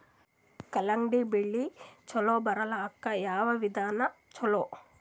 ಕಲ್ಲಂಗಡಿ ಬೆಳಿ ಚಲೋ ಬರಲಾಕ ಯಾವ ವಿಧಾನ ಚಲೋ?